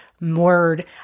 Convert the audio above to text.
word